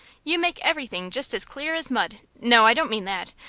you make everything just as clear as mud no, i don't mean that.